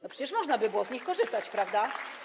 No przecież można by było z nich korzystać, prawda?